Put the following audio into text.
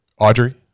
Audrey